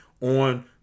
on